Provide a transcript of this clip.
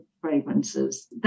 fragrances